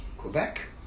Quebec